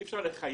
אי אפשר לחייב.